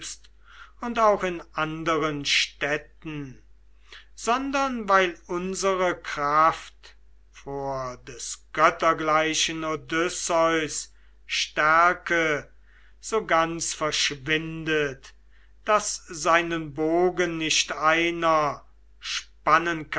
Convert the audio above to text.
und auch in anderen städten sondern weil unsere kraft vor des göttergleichen odysseus stärke so ganz verschwindet daß seinen bogen nicht einer